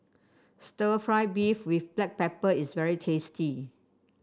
stir fry beef with Black Pepper is very tasty